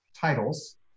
titles